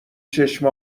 چشم